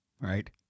Right